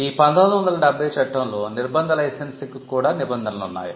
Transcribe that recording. ఈ 1970 చట్టంలో నిర్బంధ లైసెన్సింగ్కు కూడా నిబంధనలు ఉన్నాయి